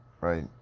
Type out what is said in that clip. right